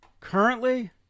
Currently